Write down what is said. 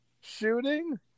Shooting